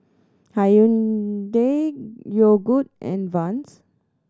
Hyundai Yogood and Vans